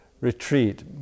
retreat